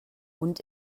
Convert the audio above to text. und